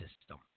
system